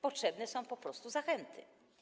Potrzebne są po prostu zachęty.